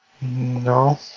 No